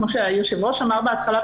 כמו שהיושב-ראש אמר בהתחלה,